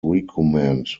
recommend